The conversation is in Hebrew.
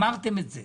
אמרתם את זה.